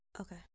Okay